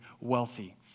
wealthy